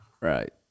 Right